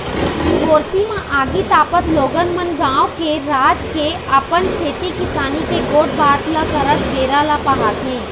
गोरसी म आगी तापत लोगन मन गाँव के, राज के, अपन खेती किसानी के गोठ बात करत बेरा ल पहाथे